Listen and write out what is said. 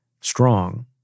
strong